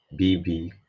BB